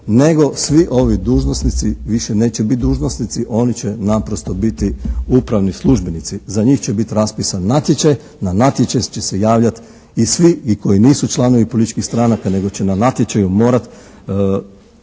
nego svi ovi dužnosnici više neće biti dužnosnici, oni će naprosto biti upravni službenici. Za njih će biti raspisan natječaj, na natječaj će se javljati i svi i koji nisu članovi političkih stranaka nego će na natječaju morati